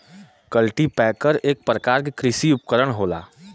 cultipacker एक परकार के कृषि उपकरन होला